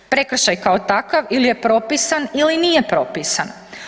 Prekršaj, kao takav ili je propisan ili nije propisan.